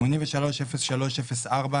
830304